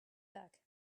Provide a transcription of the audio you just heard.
back